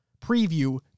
preview